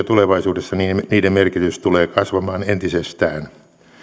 tulevaisuudessa niiden niiden merkitys tulee kasvamaan entisestään